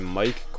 mike